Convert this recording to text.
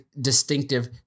distinctive